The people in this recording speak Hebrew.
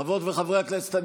חברות וחברי הכנסת,